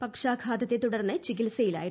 പക്ഷാഘാതത്തെ തുടർന്ന് ചികിത്സയിലായിരുന്നു